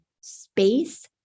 space